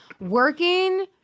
Working